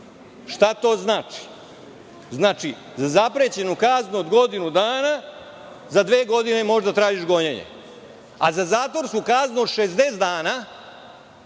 Šta to znači? Znači za zaprećenu kaznu od godinu dana, za dve godine možeš da tražiš gonjenje, a za zatvorsku kaznu od 60 dana,